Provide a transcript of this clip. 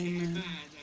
amen